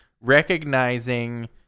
recognizing